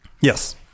Yes